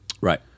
right